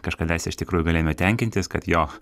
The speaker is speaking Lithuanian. kažkadaise iš tikrųjų galėjome tenkintis kad jo